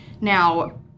Now